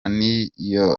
n’iyo